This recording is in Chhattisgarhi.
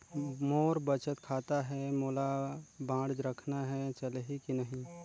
मोर बचत खाता है मोला बांड रखना है चलही की नहीं?